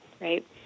right